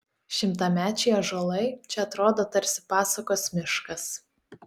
šimtamečiai ąžuolai čia atrodo tarsi pasakos miškas